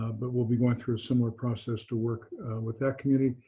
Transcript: ah but we'll be going through a similar process to work with that community.